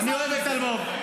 אני אוהב את אלמוג.